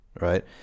right